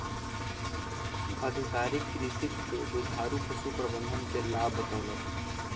अधिकारी कृषक के दुधारू पशु प्रबंधन के लाभ बतौलक